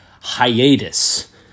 hiatus